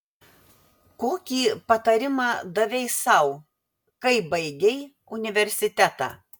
kokį patarimą davei sau kai baigei universitetą